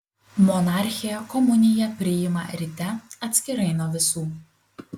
monarchė komuniją priima ryte atskirai nuo visų